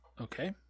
okay